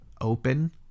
open